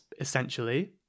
essentially